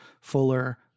fuller